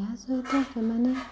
ଏହା ସହିତ ସେମାନେ